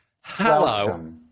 Hello